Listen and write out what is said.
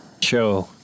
show